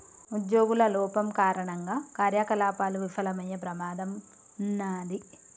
ఉజ్జోగుల లోపం కారణంగా కార్యకలాపాలు విఫలమయ్యే ప్రమాదం ఉన్నాది